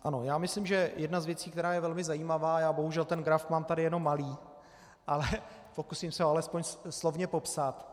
Ano, já myslím, že jedna z věcí, která je velmi zajímavá já bohužel ten graf mám tady jenom malý, ale pokusím se ho alespoň slovně popsat.